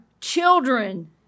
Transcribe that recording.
children